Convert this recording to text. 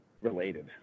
related